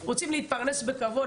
רוצים להתפרנס בכבוד,